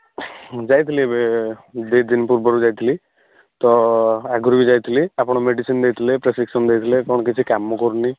ଯାଇଥିଲି ଏବେ ଦୁଇ ଦିନ ପୂର୍ବରୁ ଯାଇଥିଲି ତ ଆଗରୁ ବି ଯାଇଥିଲି ଆପଣ ମେଡ଼ିସିନ୍ ଦେଇଥିଲେ ପ୍ରେସ୍କ୍ରିପ୍ସନ୍ ଦେଇଥିଲେ କ'ଣ କିଛି କାମ କରୁନି